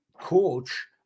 coach